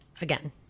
Again